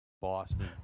Boston